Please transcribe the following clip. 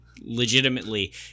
Legitimately